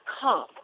come